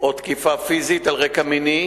או לתקיפה פיזית על רקע מיני,